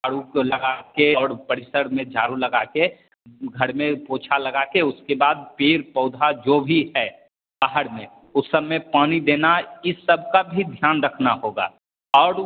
झाड़ू लगा कर और परिसर में झाड़ू लगा कर घर में पोछा लगा के उसके बाद पेड़ पौधा जो भी है बाहर में वो सब में पानी देना ही सबका भी ध्यान रखना होगा और